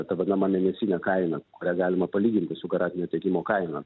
ta vadinama mėnesinė kaina kurią galima palyginti su garantinio tiekimo kaina